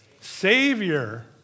Savior